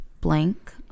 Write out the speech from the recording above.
blank